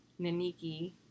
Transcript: Naniki